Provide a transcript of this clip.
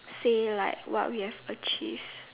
say like what we have achieved